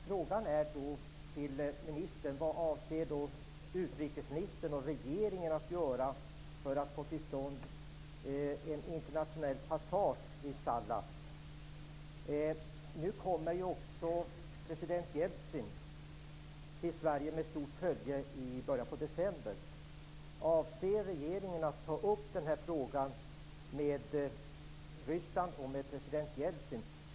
Frågan till ministern blir då: Vad avser utrikesministern och regeringen att göra för att få till stånd en internationell passage vid Salla? President Jeltsin med stort följe kommer ju till Sverige i början av december. Avser regeringen att ta upp den här frågan med president Jeltsin?